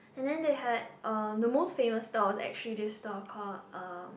and then they had uh the most famous stall was actually this stall called uh